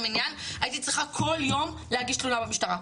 המניין הייתי צריכה כל יום להגיש תלונה במשטרה,